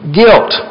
guilt